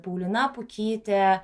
paulina pukytė